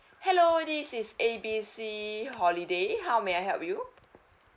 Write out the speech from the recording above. hello this is A B C holiday how may I help you